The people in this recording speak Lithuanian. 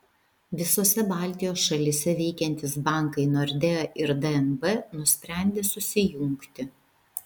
visose baltijos šalyse veikiantys bankai nordea ir dnb nusprendė susijungti